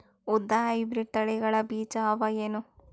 ಉದ್ದ ಹೈಬ್ರಿಡ್ ತಳಿಗಳ ಬೀಜ ಅವ ಏನು?